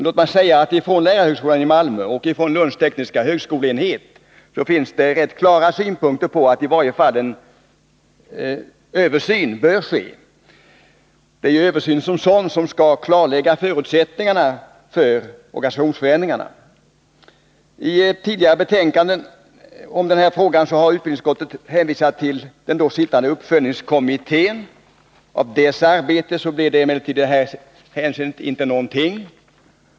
Låt mig dock säga att det från lärarhögskolan i Malmö och Lunds tekniska högskoleenhet finns rätt klara synpunkter på att en översyn bör ske. Och det är översynen som sådan som skall klarlägga förutsättningarna för organisationsförändringar. I tidigare betänkanden om den här frågan har utbildningsutskottet hänvisat till den då sittande s.k. uppföljningskommittén. Av dess arbete blev emellertid i detta hänseende inte någonting.